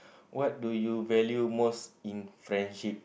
what do you value most in friendship